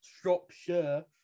Shropshire